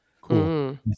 Cool